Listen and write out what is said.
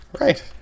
Right